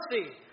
mercy